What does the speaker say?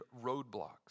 roadblocks